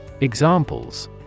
Examples